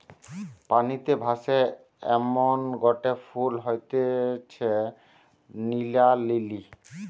পানিতে ভাসে এমনগটে ফুল হতিছে নীলা লিলি